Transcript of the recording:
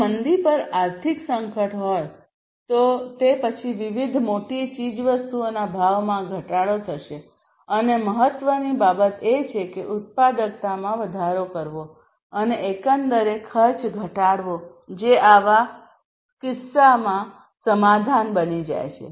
જો મંદી પર આર્થિક સંકટ હોય તો તે પછી વિવિધ મોટી ચીજવસ્તુઓના ભાવમાં ઘટાડો થશે અને મહત્ત્વની બાબત એ છે કે ઉત્પાદકતામાં વધારો કરવો અને એકંદરે ખર્ચ ઘટાડવો જે આવા કિસ્સામાં સમાધાન બની જાય છે